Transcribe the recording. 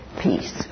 peace